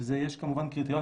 ויש כמובן קריטריונים,